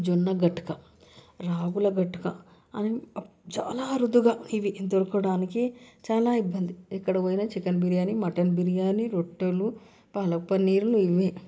జొన్న గట్క రాగుల గట్క చాలా అరుదుగా ఇవి దొరకడానికి చాలా ఇబ్బంది ఎక్కడికి పోయినా చికెన్ బిర్యానీ మటన్ బిర్యానీ రొట్టెలు పాలక్ పన్నీరులు ఇవే